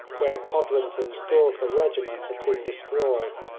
where codrington's goorkha regiment had been destroyed.